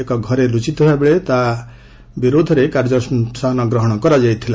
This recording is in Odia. ଏକ ଘରେ ଲୁଚିଥିବାବେଳେ ତା ବିରୁଦ୍ଧରେ କାର୍ଯ୍ୟାନୁଷ୍ଠାନ ଗ୍ରହଣ କରାଯାଇଥିଲା